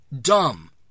dumb